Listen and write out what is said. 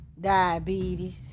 diabetes